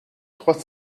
trois